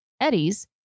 Eddie's